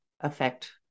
affect